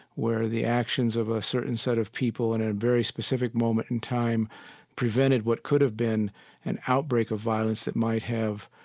where the actions of a certain set of people in a very specific moment in time prevented what could have been an outbreak of violence that might have